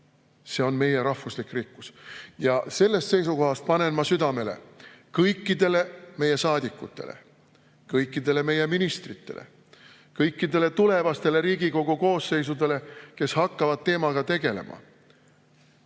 –, on meie rahvuslik rikkus. Sellest seisukohast lähtudes panen ma südamele kõikidele meie saadikutele, kõikidele meie ministritele, kõikidele tulevastele Riigikogu koosseisudele, kes hakkavad selle teemaga tegelema: